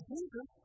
Jesus